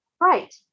Right